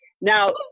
Now